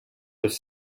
was